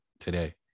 today